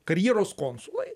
karjeros konsulai